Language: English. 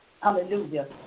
Hallelujah